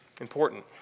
Important